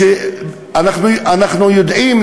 אנחנו יודעים,